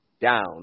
down